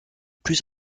plus